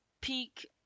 peak